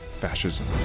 fascism